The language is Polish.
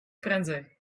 prędzej